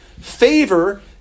favor